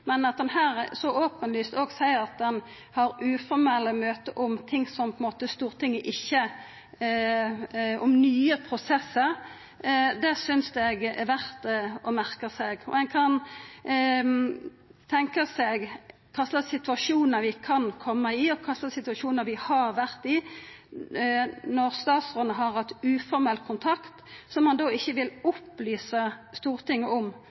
men at ein her så openlyst seier at ein har uformelle møte om nye prosessar, synest eg er verdt å merka seg. Ein kan tenkja seg kva slags situasjonar vi kan koma i, og kva slags situasjonar vi har vore i, når statsråden har hatt uformell kontakt som han ikkje vil opplysa Stortinget om,